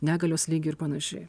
negalios lygį ir panašiai